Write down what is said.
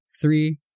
three